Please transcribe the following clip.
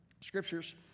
scriptures